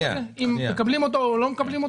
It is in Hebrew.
הזה אם מקבלים אותו או לא מקבלים אותו?